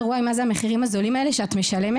"וואי מה זה המחירים הזולים האלה שאת משלמת?",